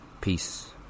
Peace